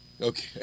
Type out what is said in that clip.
Okay